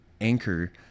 anchor